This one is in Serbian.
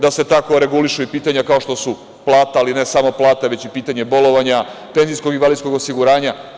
Da se tako regulišu i pitanja kao što su plate, ali i ne samo plate, već i pitanje bolovanja, penzijsko i invalidskog osiguranja.